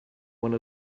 one